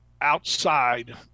outside